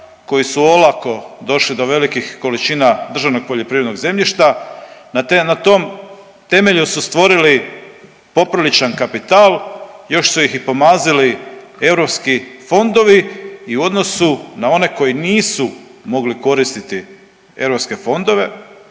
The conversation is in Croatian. koji su olako došli do velikih količina državnog poljoprivrednog zemljišta, na tom temelju su stvorili popriličan kapital, još su ih i pomazili europski fondovi i u odnosu na one koji nisu mogli koristiti europske fondove,